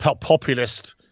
populist